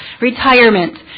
retirement